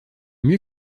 mieux